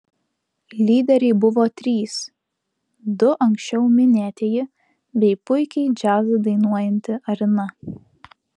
lyderiai buvo trys du anksčiau minėtieji bei puikiai džiazą dainuojanti arina